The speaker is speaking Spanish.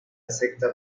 sexta